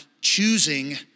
choosing